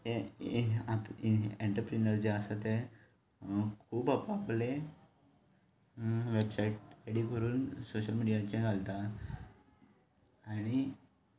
हें हें आतां हें एंटरप्रिन्युअर जें आसा तें खूब आपआपलें वेबसायट एडी करून सोशल मिडियाचेर घालता आनी